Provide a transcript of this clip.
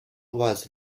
was